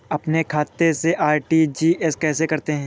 अपने खाते से आर.टी.जी.एस कैसे करते हैं?